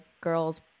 girls